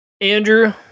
Andrew